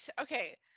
okay